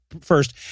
first